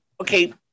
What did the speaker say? Okay